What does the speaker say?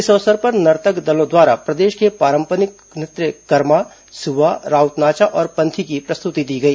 इस अवसर पर नर्तक दलों द्वारा प्रदेश के पारंपरिक नृत्य करमा सुआ राउत नाचा और पंथी की प्रस्तुति दी गई